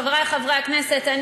חברי חברי הכנסת,